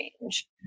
change